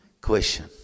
Question